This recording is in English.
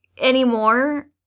anymore